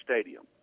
stadium